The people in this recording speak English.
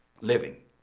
living